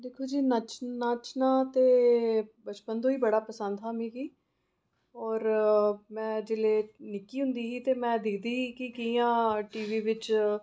दिक्खो जी नच्चना ते बचपन तूं गै बड़ा पसन्द हा मिगी और में जेल्लै निक्की होंदी ही ते में दिखदी ही कि'यां टीवी बिच